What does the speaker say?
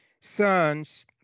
sons